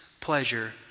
pleasure